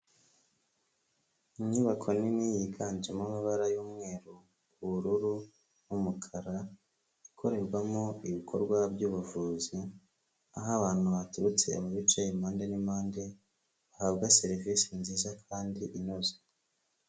Inyubako nini, yiganjemo amabara y'umweru, ubururu, n'umukara, ikorerwamo ibikorwa by'ubuvuzi, aho abantu baturutse mu bice impande n'impande, bahabwa serivisi nziza, kandi inoze.